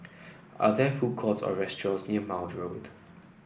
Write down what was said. are there food courts or restaurants near Maude Road